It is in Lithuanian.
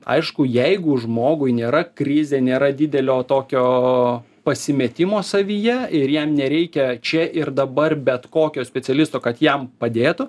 aišku jeigu žmogui nėra krizė nėra didelio tokio pasimetimo savyje ir jam nereikia čia ir dabar bet kokio specialisto kad jam padėtų